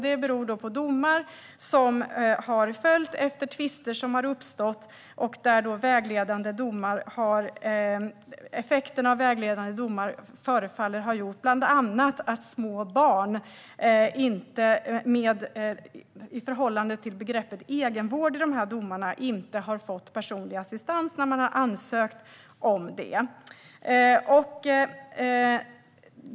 Det beror på domar som har följt efter tvister som har uppstått, där effekten av vägledande domar förefaller ha blivit bland annat att små barn, i förhållande till begreppet egenvård i de här domarna, inte har fått personlig assistans när man har ansökt om det.